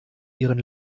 ihren